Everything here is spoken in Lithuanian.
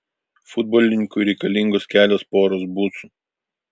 futbolininkui reikalingos kelios poros bucų